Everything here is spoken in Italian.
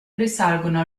risalgono